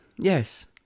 Yes